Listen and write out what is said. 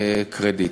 הקרדיט.